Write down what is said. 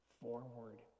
forward